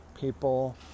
people